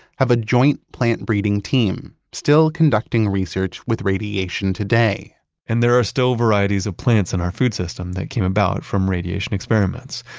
have a joint plant breeding team still conducting research with radiation today and there are still varieties of plants in our food system that came about from radiation experiments,